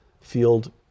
field